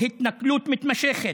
התנכלות מתמשכת,